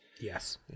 Yes